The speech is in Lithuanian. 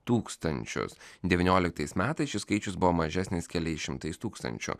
tūkstančius devynioliktais metais šis skaičius buvo mažesnis keliais šimtais tūkstančių